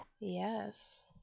Yes